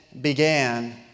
began